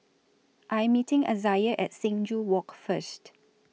I'm meeting Izaiah At Sing Joo Walk First